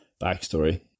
backstory